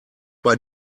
bei